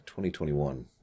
2021